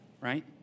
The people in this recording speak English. right